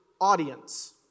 audience